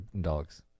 dogs